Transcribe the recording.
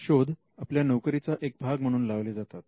शोध आपल्या नोकरीचा एक भाग म्हणून लावले जातात